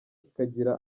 kikagira